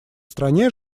стране